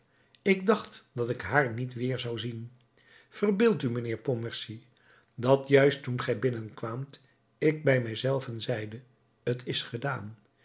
ik dacht dat ik haar niet weer zou zien verbeeld u mijnheer pontmercy dat juist toen gij binnenkwaamt ik bij mij zelven zeide t is gedaan